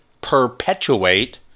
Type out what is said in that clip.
perpetuate